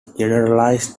generalized